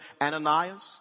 Ananias